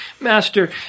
Master